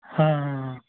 ਹਾਂ